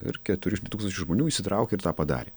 ir keturi tūkstančiai žmonių įsitraukė ir tą padarė